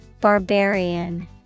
barbarian